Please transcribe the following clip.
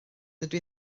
dydw